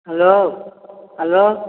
hello hello